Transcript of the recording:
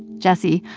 jessie,